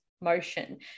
motion